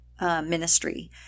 ministry